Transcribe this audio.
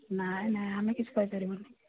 ନାଇଁ ନାଇଁ ଆମେ କିଛି ପାଇପାରିବୁନି